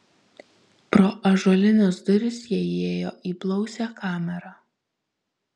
pro ąžuolines duris jie įėjo į blausią kamerą